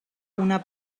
una